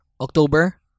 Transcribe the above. October